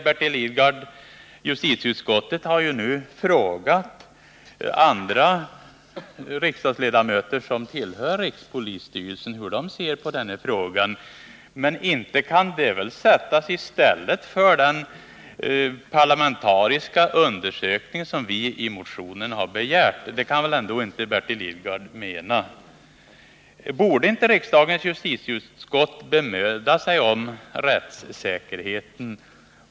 Bertil Lidgard säger: Justitieutskottet har nu frågat andra riksdagsledamöter, som tillhör rikspolisstyrelsen, hur de ser på den här frågan. Men inte kan det väl sättas i stället för den parlamentariska utredning som vi i motionen har begärt? Det kan väl ändå inte Bertil Lidgard mena. Borde inte riksdagens justitieutskott bemöda sig om rättssäkerheten?